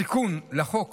התיקון לחוק